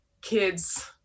kids